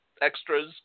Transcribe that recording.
extras